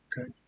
Okay